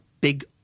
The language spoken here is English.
big